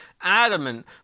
adamant